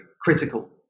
critical